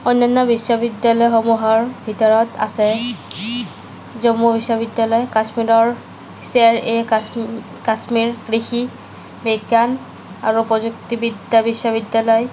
অন্যান্য বিশ্ববিদ্যালয়সমূহৰ ভিতৰত আছে জম্মু বিশ্ববিদ্যালয় কাশ্মীৰৰ শ্বেৰ এ কাশ্মী কাশ্মীৰ কৃষি বিজ্ঞান আৰু প্ৰযুক্তিবিদ্যা বিশ্ববিদ্যালয়